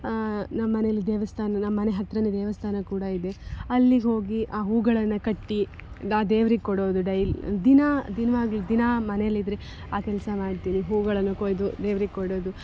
ನಮ್ಮ ಮನೆಲ್ಲಿ ದೇವಸ್ಥಾನ ನಮ್ಮ ಮನೆ ಹತ್ರವೇ ದೇವಸ್ಥಾನ ಕೂಡ ಇದೆ ಅಲ್ಲಿಗೆ ಹೋಗಿ ಆ ಹೂವುಗಳನ್ನು ಕಟ್ಟಿ ದಾ ದೇವ್ರಿಗೆ ಕೊಡೋದು ಡೈಲ್ ದಿನ ದಿನಾಗ್ಲೂ ದಿನ ಮನೆಯಲ್ಲಿದ್ರೆ ಆ ಕೆಲಸ ಮಾಡ್ತೀನಿ ಹೂವುಗಳನ್ನು ಕೊಯ್ದು ದೇವ್ರಿಗೆ ಕೊಡೋದು